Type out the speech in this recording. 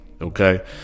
Okay